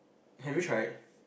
have you tried